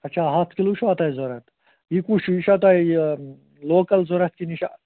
اَچھا ہَتھ کِلوٗ چھُوا تۄہہِ ضروٗرت یہِ کُس چھُ یہِ چھا تۄہہِ لوکَل ضروٗرت کِنہٕ یہِ چھُ